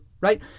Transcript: Right